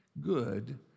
good